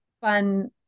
fun